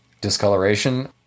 discoloration